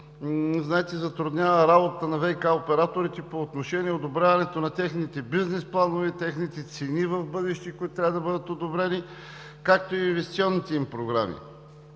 затруднява работата на ВиК операторите по отношение одобряването на техните бизнес планове и техните цени в бъдеще, които трябва да бъдат одобрени, както и инвестиционните им програми.